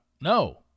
No